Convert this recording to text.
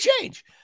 change